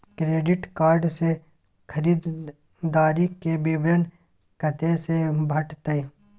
Credit card से खरीददारी के विवरण कत्ते से भेटतै?